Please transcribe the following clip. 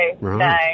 no